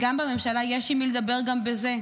שבממשלה יש עם מי לדבר גם בזה.